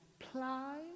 apply